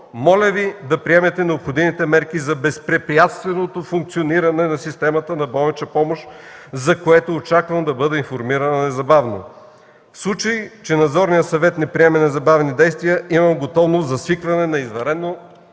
моля Ви да приемете необходимите мерки за безпрепятственото функциониране на системата на болнична помощ, за което очаквам да бъда информирана незабавно. В случай, че Надзорният съвет не приеме незабавни действия, имам готовност за свикване на извънредно